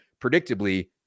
predictably